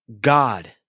God